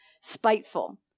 Spiteful